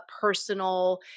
personal